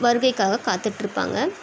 வருகைக்காக காத்துகிட்ருப்பாங்க